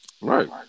Right